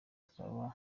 twaba